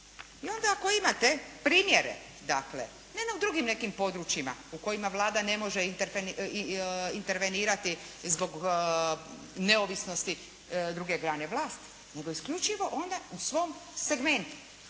I onda ako imate primjere, dakle ne na drugim nekim područjima u kojima Vlada ne može intervenirati zbog neovisnosti druge grane vlasti, nego isključivo ona u svom segmentu.